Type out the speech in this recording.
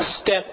step